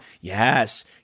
Yes